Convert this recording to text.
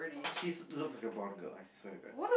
she's looks a bond girl I swear to god